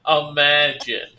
imagine